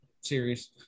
series